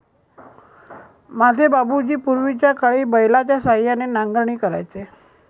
माझे बाबूजी पूर्वीच्याकाळी बैलाच्या सहाय्याने नांगरणी करायचे